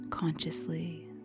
Consciously